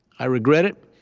i regret it,